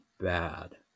bad